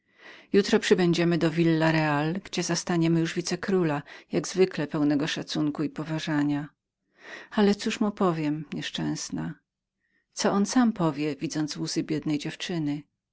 jutro przybędziemy do villa reale gdzie zastaniemy już wicekróla jak zwykle pełnego szacunku i poważania ale cóż mu powiem nieszczęsna co on sam powie widząc łzy biednej dziewczyny